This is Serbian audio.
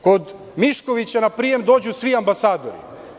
Kod Miškovića na prijem dođu svi ambasadori.